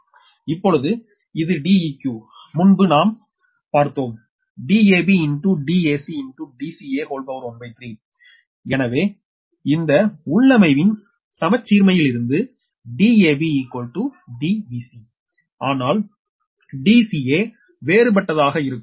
இப்போது Deq முன்பு நாம் பார்த்தோம் dab dac dca13 எனவே இந்த உள்ளமைவின் சமச்சீர்மையிலிருந்து dab dbc ஆனால் dca வேறுபட்டதாக இருக்கும்